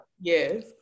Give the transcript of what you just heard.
yes